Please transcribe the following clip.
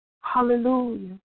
Hallelujah